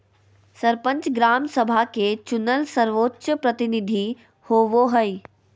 सरपंच, ग्राम सभा के चुनल सर्वोच्च प्रतिनिधि होबो हइ